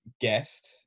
guest